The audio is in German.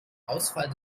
ausfall